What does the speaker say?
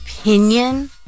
opinion